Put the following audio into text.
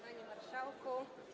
Panie Marszałku!